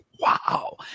Wow